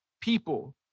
people